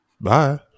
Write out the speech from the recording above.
bye